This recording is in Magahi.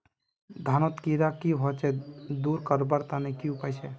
धानोत कीड़ा की होचे दूर करवार तने की उपाय छे?